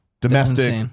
Domestic